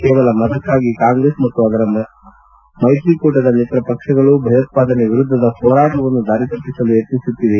ಕೇವಲ ಮತಕ್ಕಾಗಿ ಕಾಂಗ್ರೆಸ್ ಮತ್ತು ಅದರ ಮಹಾಮ್ಯೆತ್ರಿಕೂಟದ ಮಿತ್ರ ಪಕ್ಷಗಳು ಭಯೋತ್ವಾದನೆ ವಿರುದ್ದದ ಹೋರಾಟವನ್ನು ದಾರಿ ತಪ್ಪಿಸಲು ಯತ್ನಿಸುತ್ತಿವೆ